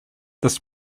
this